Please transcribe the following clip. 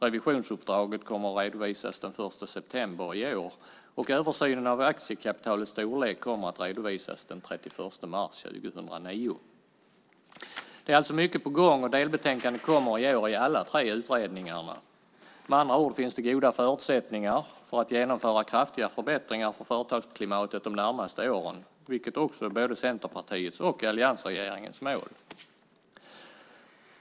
Revisionsuppdraget kommer att redovisas den 1 september i år och översynen av aktiekapitalets storlek kommer att redovisas den 31 mars 2009. Det är alltså mycket på gång, och delbetänkanden kommer i år i alla tre utredningarna. Med andra ord finns det goda förutsättningar för att genomföra kraftiga förbättringar för företagsklimatet de närmaste åren, vilket också är både Centerpartiets och alliansregeringens mål.